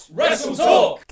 WrestleTalk